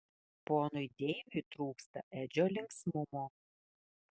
ponui deiviui trūksta edžio linksmumo